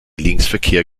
linksverkehr